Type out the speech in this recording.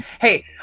Hey